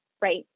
right